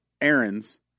errands